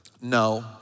no